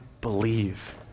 believe